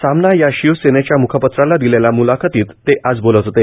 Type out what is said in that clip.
सामना या शिवसेनेच्या म्खपत्राला दिलेल्या म्लाखतीत ते आज बोलत होते